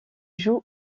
joue